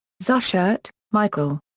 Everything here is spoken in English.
zuchert, michael.